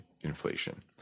inflation